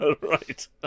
Right